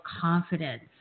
confidence